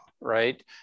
right